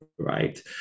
right